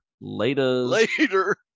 Later